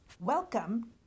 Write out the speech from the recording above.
Welcome